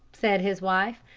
said his wife,